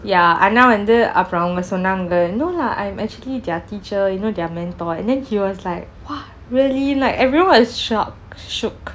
ya ஆனால் வந்து அப்ரம் சொன்னாங்க:aanaal vanthu apram sonnanka no lah I'm actually their teacher you know their mentor and then he was like !wah! really like everyone was shocked shooked